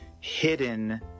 hidden